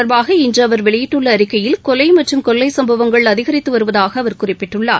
தொடர்பாக இன்றுஅவர் வெளியிட்டுள்ளஅறிக்கையில் கொலைமற்றும் கொள்ளைசம்பவங்கள் இக அதிகரித்துவருவதாகஅவர் குறிப்பிட்டுள்ளார்